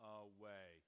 away